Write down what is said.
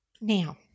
Now